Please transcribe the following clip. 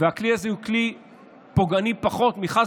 והכלי הזה הוא כלי פוגעני פחות מחס